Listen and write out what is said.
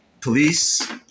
police